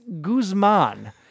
Guzman